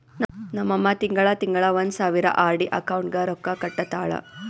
ನಮ್ ಅಮ್ಮಾ ತಿಂಗಳಾ ತಿಂಗಳಾ ಒಂದ್ ಸಾವಿರ ಆರ್.ಡಿ ಅಕೌಂಟ್ಗ್ ರೊಕ್ಕಾ ಕಟ್ಟತಾಳ